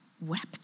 wept